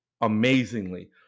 amazingly